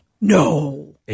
No